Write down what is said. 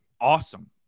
awesome